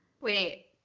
Wait